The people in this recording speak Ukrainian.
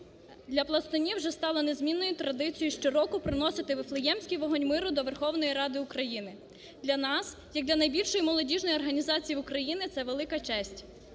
Для пластунів вже стало незмінною традицією щороку приносити Вифлеємський вогонь миру до Верховної Ради України. Для нас як для найбільшої молодіжної організації України це велика честь.